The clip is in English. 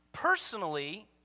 Personally